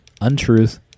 untruth